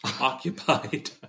occupied